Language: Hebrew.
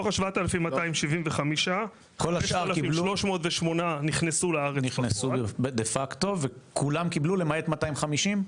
ה-7,275 אנשים --- כ-3,308 נכנסו לארץ --- וכולם קיבלו למעט 250?